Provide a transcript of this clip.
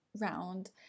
round